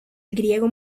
griego